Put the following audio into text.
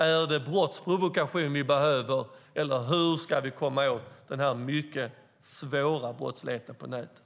Är det brottsprovokation vi behöver? Eller hur ska vi komma åt den mycket svåra brottsligheten på nätet?